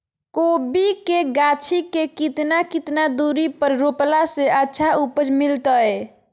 कोबी के गाछी के कितना कितना दूरी पर रोपला से अच्छा उपज मिलतैय?